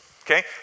okay